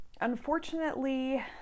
Unfortunately